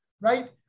right